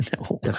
No